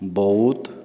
ବୌଦ୍ଧ